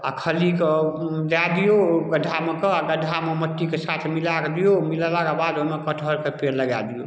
आओर खलीके मिला दियौ ओ गड्ढामे कऽ आओर गड्ढामे मट्टीके साथ मिलाकऽ दियौ मिलेलाक बाद ओइमे कटहरके पेड़ लगा दियौ